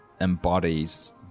embodies